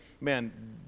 man